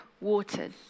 waters